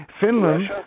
Finland